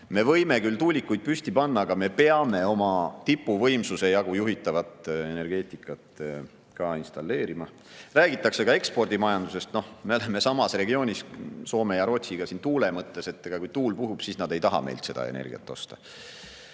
me võime küll tuulikuid püsti panna, aga me peame oma tipuvõimsuse jagu juhitavat energeetikat ka installeerima. Räägitakse ka ekspordimajandusest. Me oleme tuule mõttes samas regioonis Soome ja Rootsiga. Kui tuul puhub, siis nad ei taha meilt seda energiat osta.